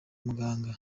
muganga